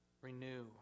Renew